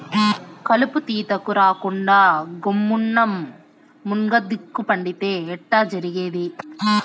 కలుపు తీతకు రాకుండా గమ్మున్న మున్గదీస్క పండితే ఎట్టా జరిగేది